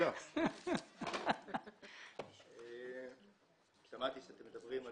וראשונה כי אספקת הדלק מיועדת לאנשים בעזה,